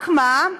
רק מה?